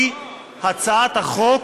היא הצעת החוק